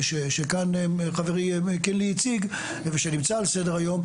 שכאן חברי קינלי הציג איפה שנמצא על סדר היום.